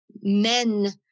men